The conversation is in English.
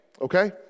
okay